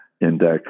index